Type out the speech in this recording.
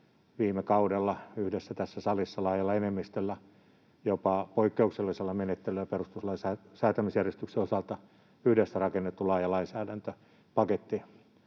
viime kaudella tässä salissa laajalla enemmistöllä, jopa poikkeuksellisella menettelyllä perustuslain säätämisjärjestyksen osalta, yhdessä rakentaa laaja lainsäädäntöpaketti,